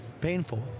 Painful